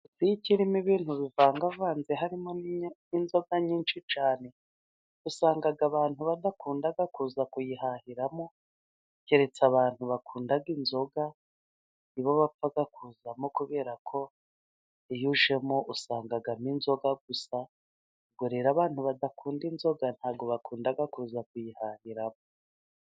Butike irimo ibintu bivangavanze harimo n'inzoga nyinshi cyane, usanga abantu badakunda kuza kuyihahiramo, keretse abantu bakunda inzoga, nibo bapfa kuzamo, kubera ko iyo ujemo usangamo inzoga gusa, ubwo rero abantu badakunda inzoga, ntabwo bakunda kuza kuyihahiramo.